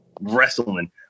wrestling